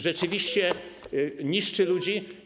Rzeczywiście niszczy ludzi.